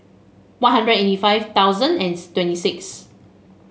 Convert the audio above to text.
One Hundred eighty five thousand and twenty six